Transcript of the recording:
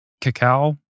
cacao